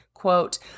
quote